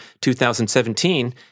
2017